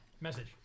message